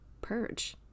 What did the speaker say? purge